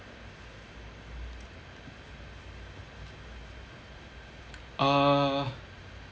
uh